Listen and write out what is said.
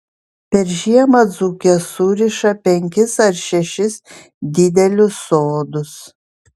per žiemą dzūkės suriša penkis ar šešis didelius sodus